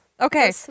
Okay